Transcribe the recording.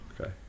Okay